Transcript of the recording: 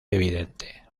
evidente